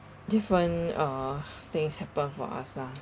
different uh things happen for us lah